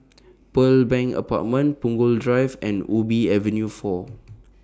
Pearl Bank Apartment Punggol Drive and Ubi Avenue four